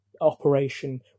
operation